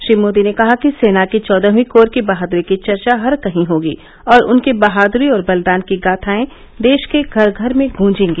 श्री मोदी ने कहा कि सेना की चौदहर्वी कोर की बहाद्री की चर्चा हर कहीं होगी और उनकी बहाद्री और बलिदान की गाथाए देश के घर घर में गूंजेंगी